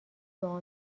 دعا